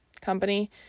company